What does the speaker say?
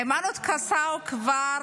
היימנוט קסאו כבר